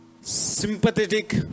sympathetic